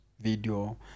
Video